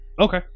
Okay